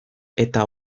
eta